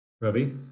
Ravi